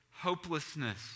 hopelessness